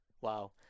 wow